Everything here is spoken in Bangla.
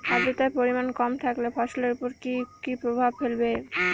আদ্রর্তার পরিমান কম থাকলে ফসলের উপর কি কি প্রভাব ফেলবে?